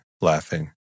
laughing